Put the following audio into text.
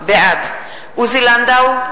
בעד עוזי לנדאו,